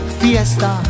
fiesta